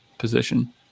position